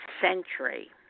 century